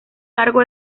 largo